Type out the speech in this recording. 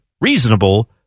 reasonable